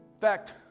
fact